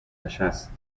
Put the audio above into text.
نشست